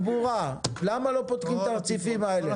תחבורה, למה לא פותחים את הרציפים האלה?